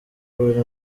buri